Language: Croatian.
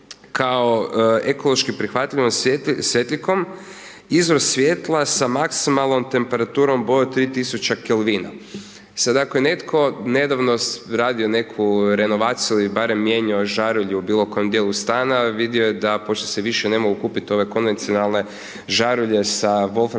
da ekološki prihvatljivo s etikom, izvor svjetla sa maksimalnom temperaturom boje od 3000 K. Sad, ako je netko nedavno radio nekakvu renovaciju ili barem mijenjao žarulju u bilo kojem dijelu stana, vidio je da, pošto se više ne mogu kupiti ove konvencionalne žarulje sa Volframskom